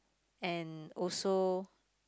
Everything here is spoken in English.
and also